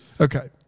Okay